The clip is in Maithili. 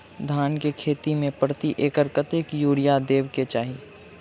धान केँ खेती मे प्रति एकड़ कतेक यूरिया देब केँ चाहि?